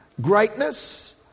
greatness